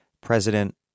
President